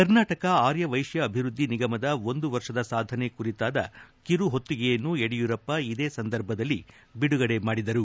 ಕರ್ನಾಟಕ ಆರ್ಯವೈಶ್ವ ಅಭಿವೃದ್ಧಿ ನಿಗಮದ ಒಂದು ವರ್ಷ ಸಾಧನೆ ಕುರಿತಾದ ಕಿರು ಹೊತ್ತಗೆಯನ್ನು ಯಡಿಯೂರಪ್ಪ ಇದೇ ಸಂದರ್ಭದಲ್ಲಿ ಬಿಡುಗಡೆ ಮಾಡಿದರು